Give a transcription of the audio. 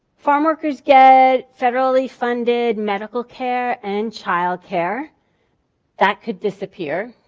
farmworkers get federally funded medical care and childcare that could disappear.